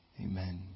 amen